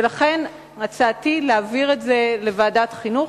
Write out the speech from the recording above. ולכן הצעתי היא להעביר את זה לוועדת החינוך,